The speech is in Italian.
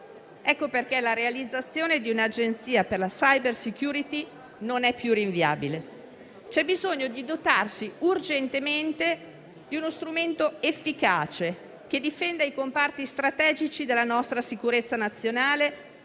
Ecco perché la realizzazione di un'Agenzia per la *cybersecurity* non è più rinviabile. C'è bisogno urgentemente di dotarsi di uno strumento efficace, che difenda i comparti strategici della nostra sicurezza nazionale